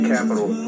Capital